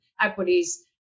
equities